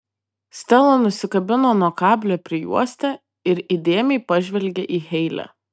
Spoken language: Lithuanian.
stela nusikabino nuo kablio prijuostę ir įdėmiai pažvelgė į heile